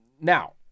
now